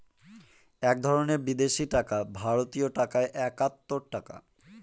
এক ধরনের বিদেশি টাকা ভারতীয় টাকায় একাত্তর টাকা